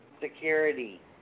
security